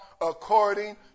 according